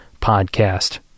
Podcast